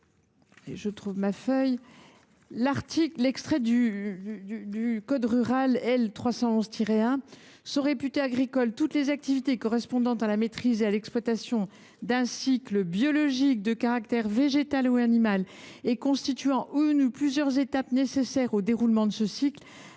du code rural et de la pêche maritime, « sont réputées agricoles toutes les activités correspondant à la maîtrise et à l’exploitation d’un cycle biologique de caractère végétal ou animal et constituant une ou plusieurs étapes nécessaires au déroulement de ce cycle